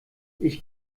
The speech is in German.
ich